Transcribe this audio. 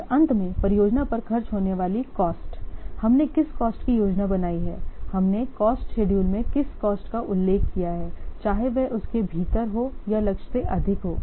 और अंत में परियोजना पर खर्च होने वाली कॉस्ट हमने किस कॉस्ट की योजना बनाई है हमने कॉस्ट शेडूल में किस कॉस्ट का उल्लेख किया है चाहे वह उसके भीतर हो या लक्ष्य से अधिक हो